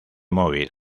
móvil